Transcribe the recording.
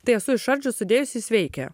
tai esu išardžius sudėjus jis veikė